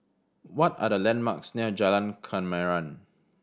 what are the landmarks near Jalan Kemaman